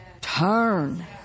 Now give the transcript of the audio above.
turn